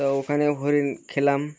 তো ওখানে হরিণ খেলাম